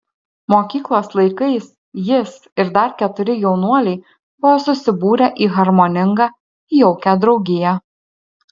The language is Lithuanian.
mokyklos laikais jis ir dar keturi jaunuoliai buvo susibūrę į harmoningą jaukią draugiją